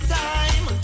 time